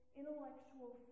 intellectual